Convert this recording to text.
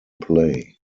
play